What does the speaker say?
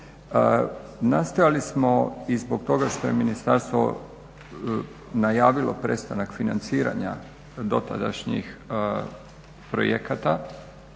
Nastojali smo i zbog toga što je ministarstvo najavilo prestanak financiranja dotadašnjih projekata,